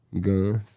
Guns